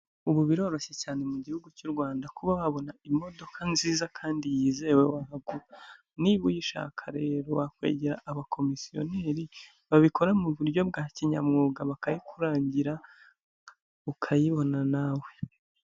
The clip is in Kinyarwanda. Ubu biroroshye cyane mu gihugu cy'u Rwanda, kuba wabona imodoka nziza kandi yizewe wahagura, niba uyishaka rero wakwegera abakomisiyoneri babikora mu buryo bwa kinyamwuga, bakayikurangira, ukayibona nawe.